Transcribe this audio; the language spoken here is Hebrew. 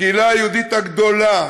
הקהילה היהודית הגדולה